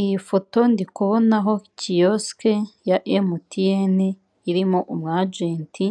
Iyi foto ndi kubonaho kiyosike ya emutiyene irimo umwajenti